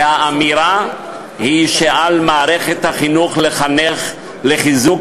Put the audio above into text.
והאמירה היא שעל מערכת החינוך לחנך לחיזוק